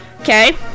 okay